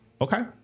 okay